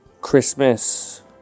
Christmas